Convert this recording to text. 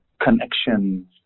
connection